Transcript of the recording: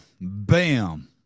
BAM